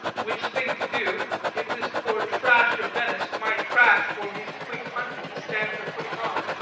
which thing to do if this poor trash of venice, whom i trash for his quick hunting, stand the putting on,